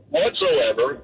whatsoever